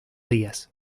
días